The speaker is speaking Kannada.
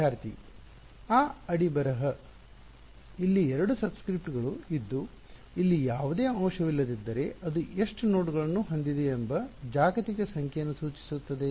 ವಿದ್ಯಾರ್ಥಿ ಆ ಅಡಿಬರಹಕೆಳಬರಹ ಇಲ್ಲಿ ಎರಡು ಸಬ್ಸ್ಕ್ರಿಪ್ಟ್ಗಳು ಇದ್ದು ಇಲ್ಲಿ ಯಾವುದೇ ಅಂಶವಿಲ್ಲದಿದ್ದರೆ ಅದು ಎಷ್ಟು ನೋಡ್ಗಳನ್ನು ಹೊಂದಿದೆ ಎಂಬ ಜಾಗತಿಕ ಸಂಖ್ಯೆಯನ್ನು ಸೂಚಿಸುತ್ತದೆ